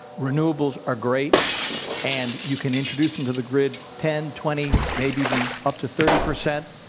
renewables are great and you can introduce them to the grid, ten, twenty, maybe even up to thirty percent.